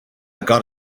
got